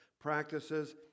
practices